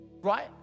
right